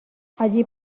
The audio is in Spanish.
allí